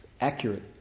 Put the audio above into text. accurate